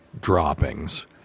droppings